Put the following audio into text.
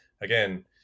again